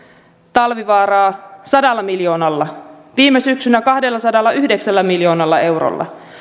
talvivaaraa sadalla miljoonalla viime syksynä kahdellasadallayhdeksällä miljoonalla eurolla